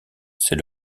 c’est